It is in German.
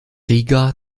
riga